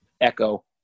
Echo